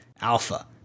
alpha